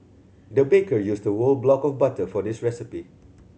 the baker used a whole block of butter for this recipe